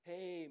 Hey